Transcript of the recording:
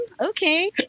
Okay